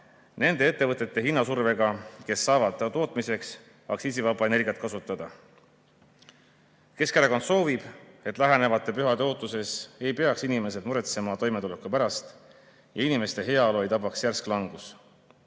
nende ettevõtete hinnasurvega, kes saavad tootmiseks aktsiisivaba energiat kasutada. Keskerakond soovib, et lähenevate pühade ootuses ei peaks inimesed muretsema toimetuleku pärast ja inimeste heaolu ei tabaks järsk langus.